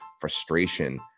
frustration